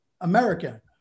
American